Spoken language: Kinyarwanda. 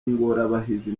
ingorabahizi